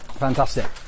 fantastic